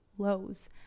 lows